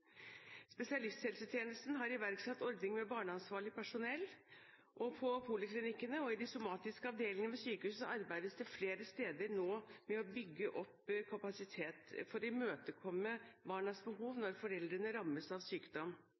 Spesialisthelsetjenesten har iverksatt ordning med barneansvarlig personell, og ved poliklinikkene og de somatiske avdelingene ved sykehusene arbeides det flere steder nå med å bygge opp kapasitet for å imøtekomme barnas behov når foreldre rammes av sykdom.